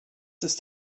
ist